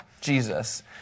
Jesus